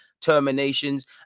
terminations